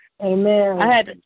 Amen